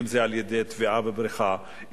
אם טביעה בבריכה,